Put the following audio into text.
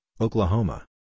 Oklahoma